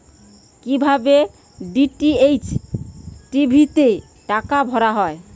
কি ভাবে DTH TV তে টাকা ভরা হয়?